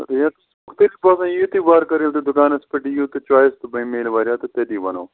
rate یِیِو تۄہہِ وارٕ کار ییٚلہِ تۄہہِ دُکانس پٮ۪ٹھ یِیِو تہٕ چۄیِس وارِیاہ تٔتی وَنو